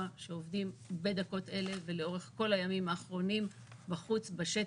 שעובדים בדקות אלה ולאורך כל הימים האחרונים בשטח.